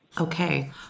Okay